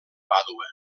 pàdua